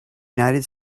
united